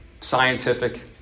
scientific